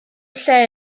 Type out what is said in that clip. lle